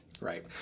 right